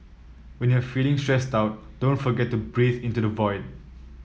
when you are feeling stressed out don't forget to breathe into the void